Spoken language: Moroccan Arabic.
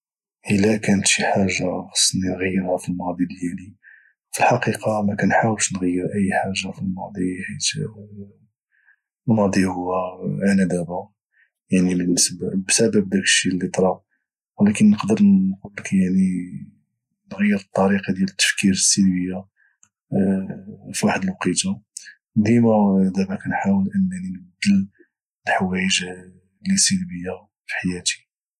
الى كانت شي حاجة خصني نغيرها في الماضي ديالي في الحقيقة مكنحاولش نغير اي حاجة في الماضي حيت الماضي هو انا دبا يعني بسبب داكشي اللي طرا ولكن نقدر نقولك يعني نغير الطريقة ديال التفكير السلبية فواحد الوقيتة وديما دبا كنحاول انني نبدل الحوايج اللي سلبية في حياتي